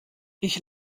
ich